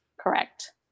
Correct